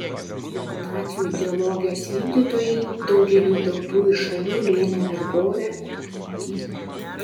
juk nacių ideologijos vykdytojai daugeliui tautų ir šalių lėmė vergovę žūtį